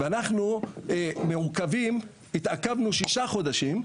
ואנחנו מעוכבים, התעכבנו שישה חודשים,